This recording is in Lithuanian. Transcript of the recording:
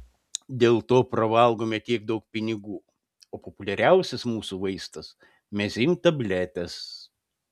dėl to pravalgome tiek daug pinigų o populiariausias mūsų vaistas mezym tabletės